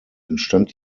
entstand